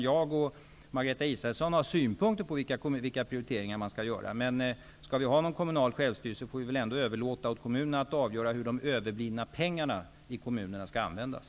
Jag och Margareta Israelsson kan ha synpunkter på vilka prioriteringar man skall göra, men om vi skall ha någon kommunal självstyrelse får vi väl ändå överlåta åt kommunerna att avgöra hur de överblivna pengarna skall användas.